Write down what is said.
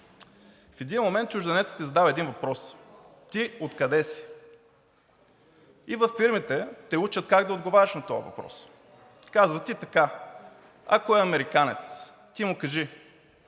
В един момент чужденецът ти задава един въпрос: ти откъде си? И във фирмите те учат как да отговаряш на този въпрос. Казват ти така: ако е американец, ти му кажи: